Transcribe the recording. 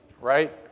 right